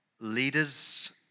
leaders